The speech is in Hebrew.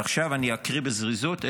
עכשיו אני אקריא בזריזות: